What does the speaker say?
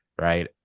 right